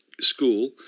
school